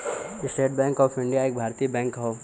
estate Bank of India एक भारतीय bank हौ